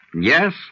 Yes